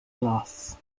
loss